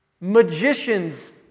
Magicians